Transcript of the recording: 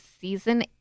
Season